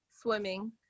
swimming